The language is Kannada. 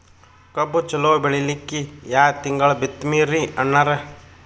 ಕಬ್ಬು ಚಲೋ ಬೆಳಿಲಿಕ್ಕಿ ಯಾ ತಿಂಗಳ ಬಿತ್ತಮ್ರೀ ಅಣ್ಣಾರ?